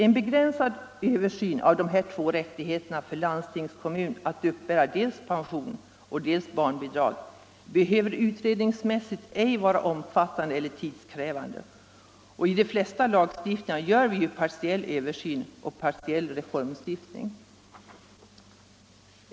En begränsad översyn av de här två rättigheterna för landstingskommun, att uppbära dels pension, dels barnbidrag, behöver utredningsmässigt ej bli omfattande eller tidskrävande, och på de flesta lagstiftningsområden förekommer ju partiell översyn och partiell reformlagstiftning.